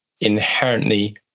inherently